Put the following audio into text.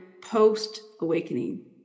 post-awakening